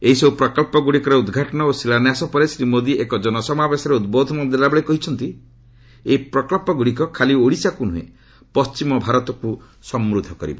ଏହିସବୁ ପ୍ରକ୍ସ ଗୁଡ଼ିକର ଉଦ୍ଘାଟନ ଓ ଶିଳାନ୍ୟାସ ପରେ ଶ୍ରୀ ମୋଦି ଏକ ଜନସମାବେଶରେ ଉଦ୍ବୋଧନ ଦେଲାବେଳେ କହିଛନ୍ତି ଯେ ଏହି ପ୍ରକଳ୍ପଗୁଡ଼ିକ ଖାଲି ସଡ଼ିଶାକୁ ନୁହେଁ ପଣ୍ଟିମ ଭାରତକୁ ସମୃଦ୍ଧ କରିବ